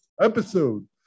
episode